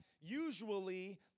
usually